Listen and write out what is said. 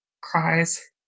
cries